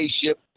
spaceship